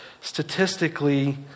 statistically